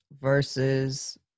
versus